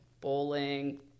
bowling